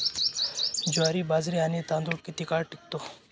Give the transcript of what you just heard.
ज्वारी, बाजरी आणि तांदूळ किती काळ टिकतो?